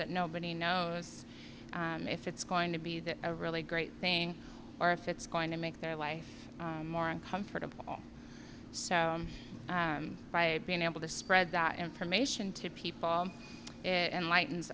that nobody knows if it's going to be that a really great thing or if it's going to make their life more uncomfortable so by being able to spread that information to people in lightens